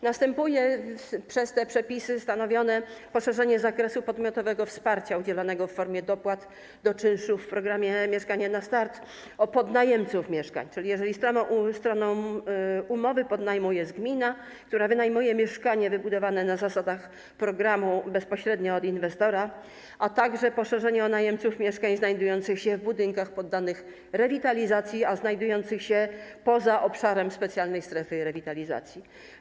Następuje przez te stanowione przepisy poszerzenie zakresu podmiotowego wsparcia udzielanego w formie dopłat do czynszu w programie „Mieszkanie na start” o podnajemców mieszkań, czyli jeżeli stroną umowy podnajmu jest gmina, która wynajmuje mieszkanie wybudowane na zasadach programu bezpośrednio od inwestora, a także poszerzenie o najemców mieszkań znajdujących się w budynkach poddanych rewitalizacji, a znajdujących się poza obszarem specjalnej strefy rewitalizacji.